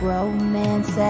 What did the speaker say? Romance